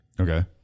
Okay